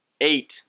eight